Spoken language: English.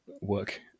work